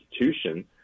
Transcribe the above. institution